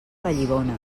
vallibona